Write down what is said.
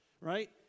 right